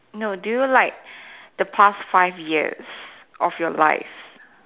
no do you like the past five years of your life